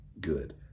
good